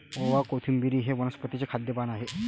ओवा, कोथिंबिर हे वनस्पतीचे खाद्य पान आहे